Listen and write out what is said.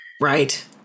Right